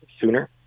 sooner